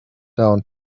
down